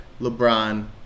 LeBron